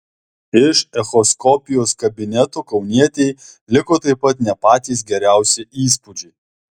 iš echoskopijos kabineto kaunietei liko taip pat ne patys geriausi įspūdžiai